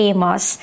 Amos